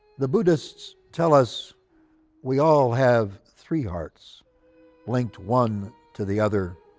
the buddhists tell us we all have three hearts linked one to the other,